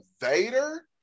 Vader